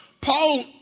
Paul